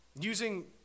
using